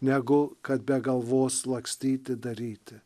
negu kad be galvos lakstyti daryti